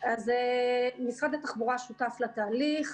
משרד התחבורה שותף לתהליך,